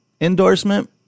endorsement